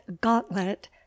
Gauntlet